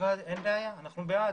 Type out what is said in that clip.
אנחנו בעד.